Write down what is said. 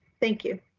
thank you.